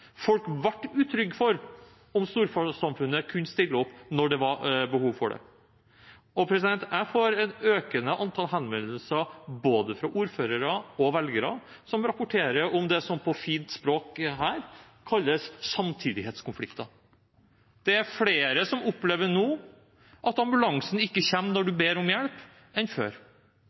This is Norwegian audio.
Folk ble utrygge for om storsamfunnet kan stille opp når det er behov for det. Jeg får et økende antall henvendelser fra både ordførere og velgere, som rapporterer om det som på fint språk her kalles samtidighetskonflikter. Det er nå flere enn før som opplever at ambulansen ikke kommer når man ber om hjelp.